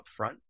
upfront